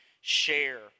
share